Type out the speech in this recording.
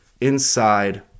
inside